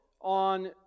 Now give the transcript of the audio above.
on